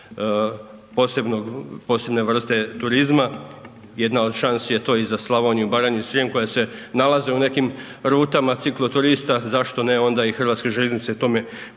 posebne vrste turizma, jedna od šansi je to i za Slavoniju, Baranju i Srijem koja se nalaze u nekim rutama cikloturista, zašto ne onda i Hrvatske željeznice tome pripremiti